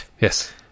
yes